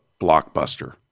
blockbuster